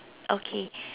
okay